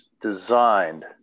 designed